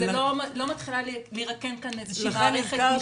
לא מתחילה להירקם כאן איזה מערכת משפחתית עכשיו.